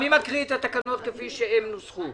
מי מקריא את התקנות כפי שהן נוסחו?